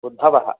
उद्भवः